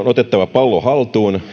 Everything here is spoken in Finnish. pallo haltuun